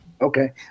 Okay